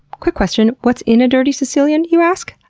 quick question, what's in a dirty sicilian, you ask?